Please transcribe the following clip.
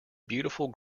beautiful